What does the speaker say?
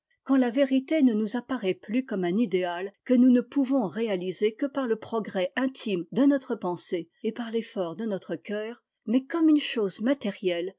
quand la vérité ne nous apparaît plus comme un idéal que nous ne pouvons réaliser que par le progrès intime de notre pensée et par l'effort de notre cœur mais comme une chose matérielle